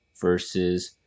versus